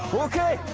okay.